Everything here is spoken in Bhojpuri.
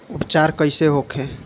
उपचार कईसे होखे?